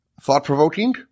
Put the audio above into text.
thought-provoking